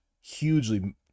hugely